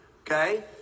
okay